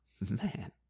Man